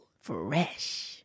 Fresh